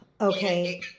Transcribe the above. Okay